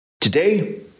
Today